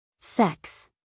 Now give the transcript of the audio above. Sex